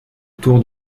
tour